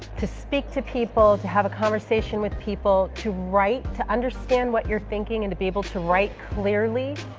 to speak to people, to have a conversation with people, to write to understand what you're thinking and to be able to write clearly,